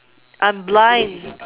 I'm blind